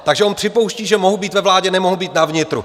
Takže on připouští, že mohu být ve vládě nemohu být na vnitru.